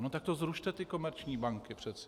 No tak zrušte ty komerční banky přeci.